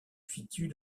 situe